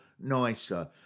nicer